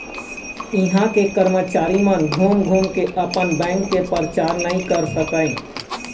इहां के करमचारी मन घूम घूम के अपन बेंक के परचार नइ कर सकय